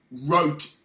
wrote